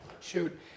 Shoot